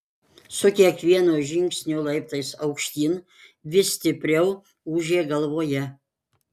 su kiekvienu žingsniu laiptais aukštyn vis stipriau ūžė galvoje